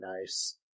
nice